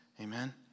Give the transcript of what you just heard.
Amen